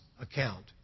account